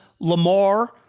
Lamar